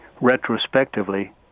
retrospectively